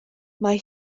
mae